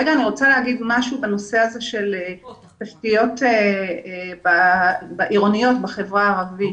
אני רוצה לדבר על תשתיות עירוניות בחברה הערבית.